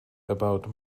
about